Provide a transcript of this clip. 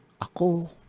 Ako